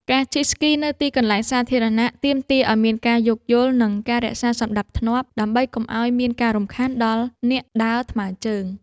ការជិះស្គីនៅទីកន្លែងសាធារណៈ ទាមទារឱ្យមានការយោគយល់ និងការរក្សាសណ្ដាប់ធ្នាប់ ដើម្បីកុំឱ្យមានការរំខានដល់អ្នកដើរថ្មើរជើង។